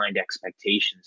expectations